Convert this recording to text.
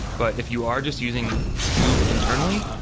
but if you are just using kube internally,